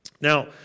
Now